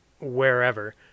wherever